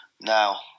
Now